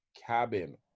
cabin